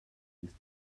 ist